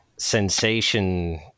sensation